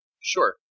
Sure